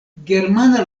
germana